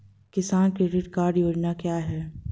किसान credit card योजना क्या है?